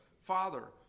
father